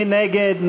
מי נגד?